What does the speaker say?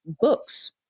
books